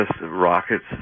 rockets